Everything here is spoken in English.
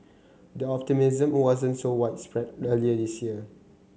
the optimism wasn't so widespread earlier this year